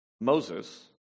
Moses